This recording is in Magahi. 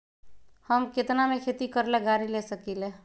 हम केतना में खेती करेला गाड़ी ले सकींले?